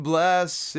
Bless